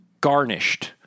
garnished